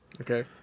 Okay